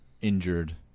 injured